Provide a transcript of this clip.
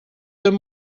their